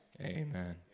Amen